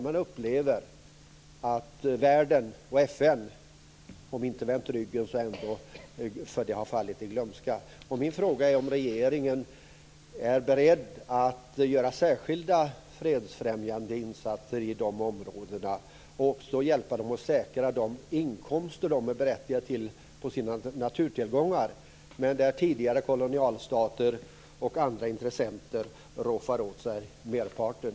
Man upplever kanske inte precis att världen och FN har vänt ryggen till, men man upplever att det här har fallit i glömska. Min fråga är om regeringen är beredd att göra särskilda fredsfrämjande insatser i dessa områden, och också hjälpa dem att säkra de inkomster de är berättigade till från sina naturtillgångar. Tidigare kolonialstater och andra intressenter roffar åt sig merparten.